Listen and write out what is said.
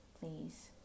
Please